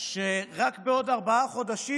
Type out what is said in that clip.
שרק בעוד ארבעה חודשים,